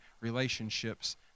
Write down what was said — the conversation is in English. relationships